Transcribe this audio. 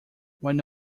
when